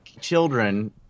children